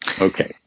Okay